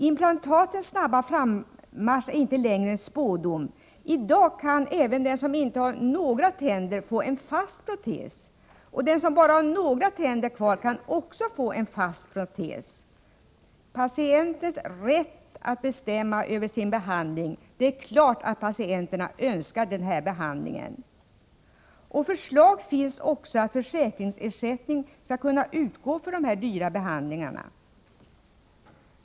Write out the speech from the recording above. Implantatens snabba frammarsch är inte längre en spådom. I dag kan även den som inte har några tänder få en fast protes, och den som bara har några tänder kvar kan också få en sådan. Patientens rätt att bestämma över sin behandling var det — det är klart att patienterna önskar den här behandlingen. Förslag finns att försäkringsersättning också skall utgå för dessa dyrbara behandlingar.